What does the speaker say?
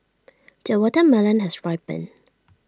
the watermelon has ripened